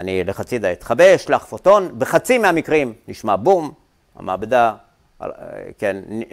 ‫אני אלך הצידה, ‫אתחבא, אשלח פוטון, ‫בחצי מהמקרים נשמע בום, ‫המעבדה